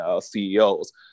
CEOs